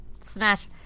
Smash